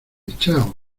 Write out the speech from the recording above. chao